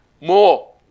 more